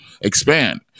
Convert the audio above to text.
expand